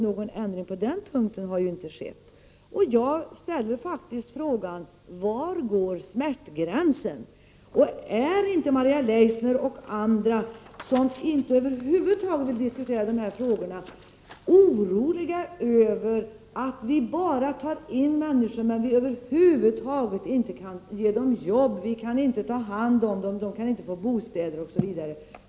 Någon ändring på den punkten har inte skett. Jag måste faktiskt ställa en fråga: Var går smärtgränsen? Är inte Maria Leissner och andra som över huvud taget inte vill diskutera dessa frågor oroliga över att vi tar in människor som vi över huvud taget inte kan ge jobb, inte kan ta hand om, inte kan ge bostad osv.